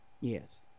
Yes